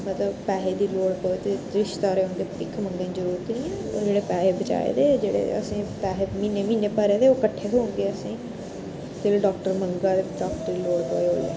मतलब पैहे दी लोड़ पोआ दी रिश्तेदारें अग्गें भिक्ख मंगने जरूरत नि ऐ ओह् जेह्ड़े पैहे बचाए दे हे जेह्ड़े असें पैहे म्हीने म्हीने भरे दे ओह् कट्ठे बी थ्होङन असेंगी कि भई डाक्टर मंगा दे डाक्टर गी लोड़ पवै दी